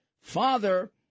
father